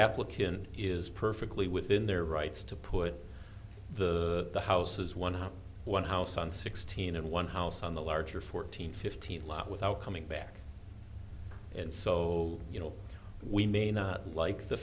applicant is perfectly within their rights to put the the house is one hundred one house on sixteen and one house on the larger fourteenth fifteenth lot without coming back and so you know we may not like the